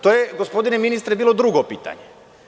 To gospodine ministre, bilo drugo pitanje.